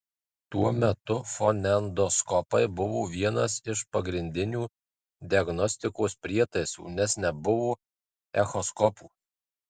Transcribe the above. tuo metu fonendoskopai buvo vienas iš pagrindinių diagnostikos prietaisų nes nebuvo echoskopų